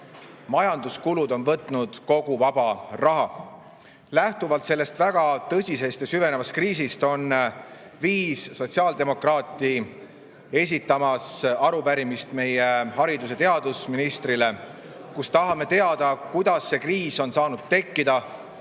Majanduskulud on võtnud kogu vaba raha. Lähtuvalt sellest väga tõsisest ja süvenevast kriisist on viis sotsiaaldemokraati esitanud arupärimise meie haridus- ja teadusministrile. Me tahame teada, kuidas see kriis on saanud tekkida.